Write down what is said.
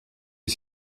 est